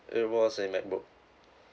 it was a MacBook